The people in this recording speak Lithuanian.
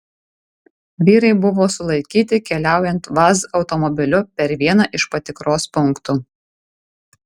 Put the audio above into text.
vyrai buvo sulaikyti keliaujant vaz automobiliu per vieną iš patikros punktų